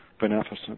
beneficent